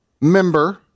member